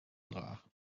dragen